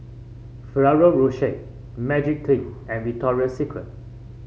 Ferrero Rocher Magiclean and Victoria Secret